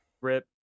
rip